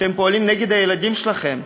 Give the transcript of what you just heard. אתם פועלים נגד הילדים שלכם.